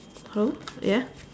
who ya